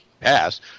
pass